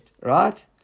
right